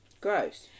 Gross